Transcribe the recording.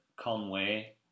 Conway